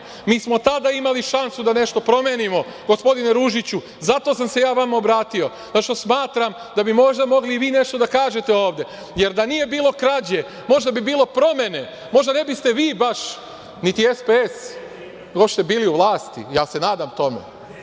Mi smo tada imali šansu da nešto promenimo. Gospodine Ružiću, zato sam se ja vama obratio, zato što smatram da bi možda i vi mogli nešto da kažete ovde, jer da nije bilo krađe možda bi bilo promene. Možda ne bi vi, ni SPS uopšte bili u vlasti, ja se nadam tome.